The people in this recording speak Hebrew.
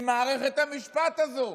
עם מערכת המשפט הזו.